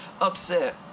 upset